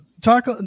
talk